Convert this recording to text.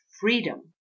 freedom